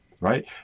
right